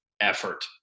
effort